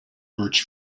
birch